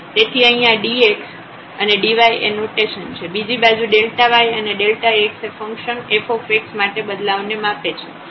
તેથી અહી આ dx અને dy એ નોટેશન છે બીજી બાજુ y અને x એ ફંકશન f માટે બદલાવને માપે છે